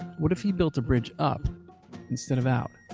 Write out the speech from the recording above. what if he built a bridge up instead of out?